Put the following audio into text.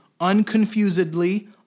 unconfusedly